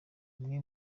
umwe